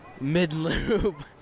mid-loop